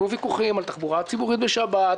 יהיו ויכוחים על תחבורה ציבורית בשבת,